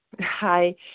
Hi